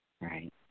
right